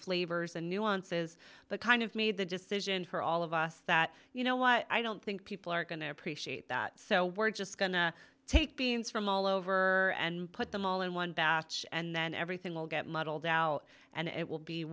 flavors and nuances the kind of made the decision for all of us that you know what i don't think people are going to appreciate that so we're just going to take beans from all over and put them all in one batch and then everything will get muddled out and it will be